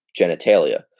genitalia